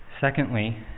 Secondly